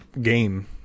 game